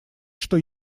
что